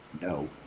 No